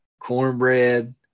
cornbread